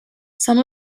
some